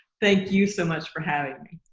thank you so much for having me.